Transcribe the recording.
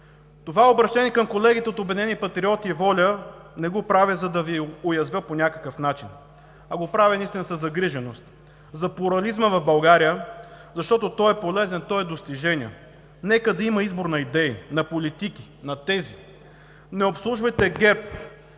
Това обръщение към колегите от „Обединени патриоти“ и ВОЛЯ не го правя, за да ги уязвя по някакъв начин, а го правя единствено със загриженост за плурализма в България, защото той е полезен, той е достижение. Нека да има избор на идеи, на политики, на тези. Не обслужвайте